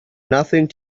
nothing